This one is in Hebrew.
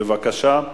בבקשה.